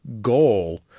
goal